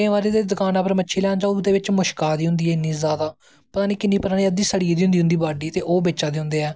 केंई बार ते दकानां पर मच्छी लैन जाओ ओह्दे बिच्चा दा मुश्क आ दी होंदी ऐ इन्नी जादा पता नी किन्नी परानी अदेदी सड़ी गेदी होंदी ऐ उंदा बॉड्डी ते ओह् बेचा दे होंदे ऐं